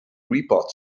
report